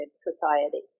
society